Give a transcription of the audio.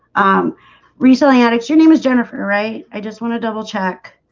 um recently annexed your name is jennifer right? i just want to double-check